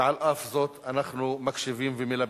ועל אף זאת אנחנו מקשיבים ומלבנים.